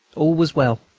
all was well.